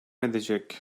edecek